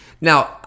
Now